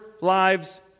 lives